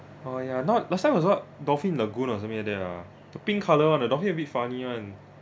oh ya not last time was what dolphin lagoon or something like that ah the pink color [one] the dolphin a bit funny [one]